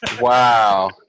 Wow